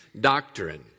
doctrine